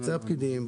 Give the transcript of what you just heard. יוצאים הפקידים,